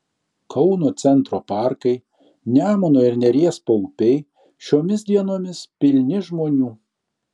kauno centro parkai nemuno ir neries paupiai šiomis dienomis pilni žmonių